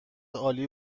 عالی